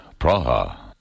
Praha